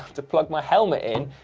to plug my helmet in,